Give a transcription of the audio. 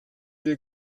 will